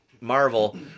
Marvel